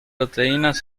proteínas